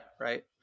Right